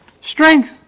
strength